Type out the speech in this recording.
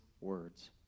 words